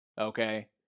Okay